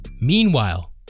meanwhile